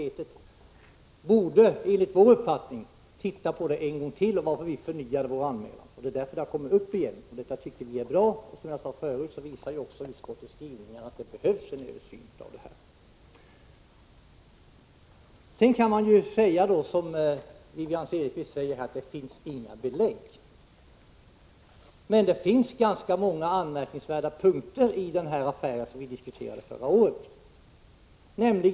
1985/86:146 enligt vår uppfattning borde se på saken en gång till, varför vi förnyade vår 21 maj 1986 anmälan. Det är därför frågan har kommit upp igen, och det tycker vi är bra. i Granskning av statsrå Som jag sade förut visar också utskottets skrivning att det behövs en översyn. desk ng he s FA -. ens Sedan kan man, som Wivi-Anne Cederqvist gör, säga att det inte finns AA Ae m.m. några belägg, men det finns ganska många anmärkningsvärda punkter i den här affären som vi diskuterade förra året.